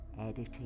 Editing